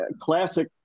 classic